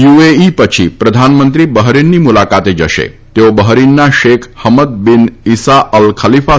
UAE પછી પ્રધાનમંત્રી બહરીનની મુલાકાતે જશેતેઓ બહરીનના Sheikh Hamad bin Isa Al ખલીફા